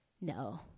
no